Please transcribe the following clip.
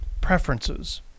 preferences